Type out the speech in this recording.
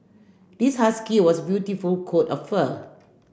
this husky was beautiful coat of fur